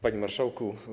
Panie Marszałku!